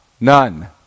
None